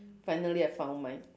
finally I found mine